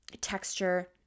texture